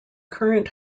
current